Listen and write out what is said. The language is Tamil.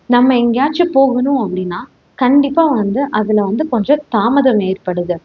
நம்ம எங்கேயாச்சும் போகணும் அப்படினா கண்டிப்பாக வந்து அதில் வந்து கொஞ்சம் தாமதம் ஏற்படுது